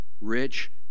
rich